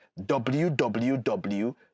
www